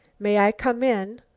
may i come in?